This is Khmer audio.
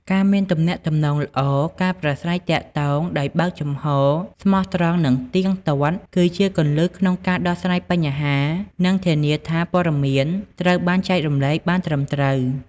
ការមានទំនាក់ទំនងល្អ ការប្រាស្រ័យទាក់ទងដោយបើកចំហរ ស្មោះត្រង់ និងទៀងទាត់ គឺជាគន្លឹះក្នុងការដោះស្រាយបញ្ហា និងធានាថាព័ត៌មានត្រូវបានចែករំលែកបានត្រឹមត្រូវ។